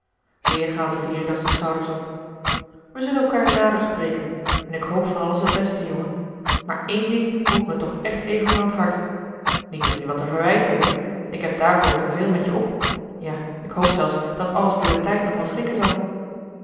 weer haalde veritas de schouders op we zullen elkaar nader spreken en ik hoop van alles het beste jongen maar één ding moet me toch even van het hart niet om je wat te verwijten hoor ik heb daarvoor te veel met je op ja ik hoop zelfs dat alles door den tijd nog wel schikken zal